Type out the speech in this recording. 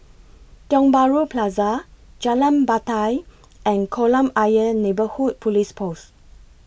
Tiong Bahru Plaza Jalan Batai and Kolam Ayer Neighbourhood Police Post